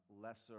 lesser